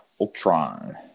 Ultron